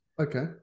okay